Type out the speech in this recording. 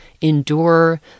endure